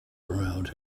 around